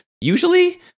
usually